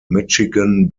michigan